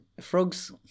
frogs